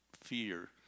fear